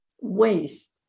waste